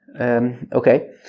okay